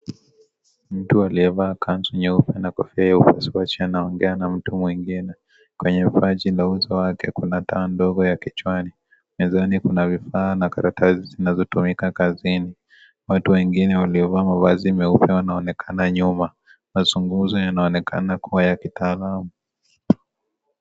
Mtu aliyevaa kanzu nyeupe na kofia ya upasuaji anaongea na mtu mwingine, kwenye paji la uso wake kuna taa ndogo ya kichwani mezani kuna vifaa na karatasi zinazo tumika kazini, watu wengine waliovaa mavazi meupe wanaonekana nyuma na mazungumzo yanaonekana kuwa ya kitaalam.